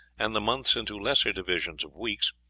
and the months into lesser divisions of weeks.